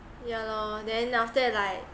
ya lor then after that like